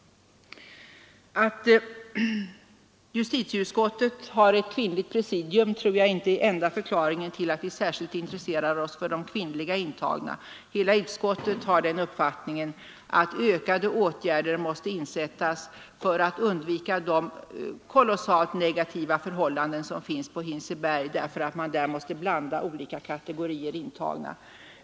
Att justitieutskottet har ett kvinnligt presidium tror jag inte är enda förklaringen till att vi särskilt intresserar oss för de kvinnliga intagna. Hela utskottet har den uppfattningen att ökade åtgärder måste sättas in för att undvika de mycket negativa förhållanden som finns på Hinseberg därför att man där måste blanda olika kategorier intagna.